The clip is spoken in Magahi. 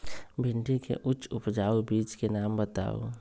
भिंडी के उच्च उपजाऊ बीज के नाम बताऊ?